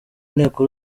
nteko